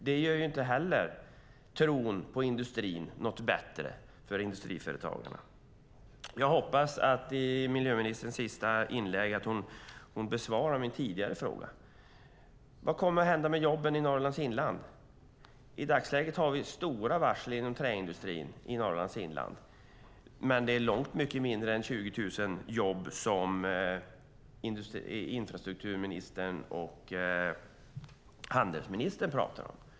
Det gör inte heller att tron på industrin för industriföretagarna blir bättre. Jag hoppas att miljöministern i sitt sista inlägg besvarar min tidigare fråga. Vad kommer att hända med jobben i Norrlands inland? I dagsläget har vi stora varsel inom träindustrin i Norrlands inland, men det är långt mycket mindre än 20 000 jobb som infrastrukturministern och handelsministern pratar om.